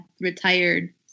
retired